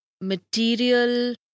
material